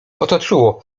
otoczyło